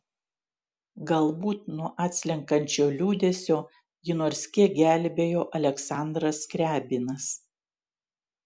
galbūt nuo atslenkančio liūdesio jį nors kiek gelbėjo aleksandras skriabinas